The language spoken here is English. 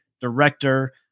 director